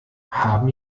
haben